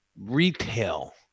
retail